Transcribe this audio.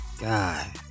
God